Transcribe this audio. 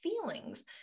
feelings